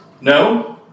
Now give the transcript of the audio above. No